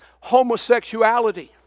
homosexuality